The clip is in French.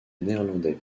néerlandais